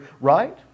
Right